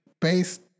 based